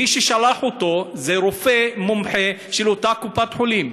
מי ששלח אותו זה רופא מומחה של אותה קופת-חולים.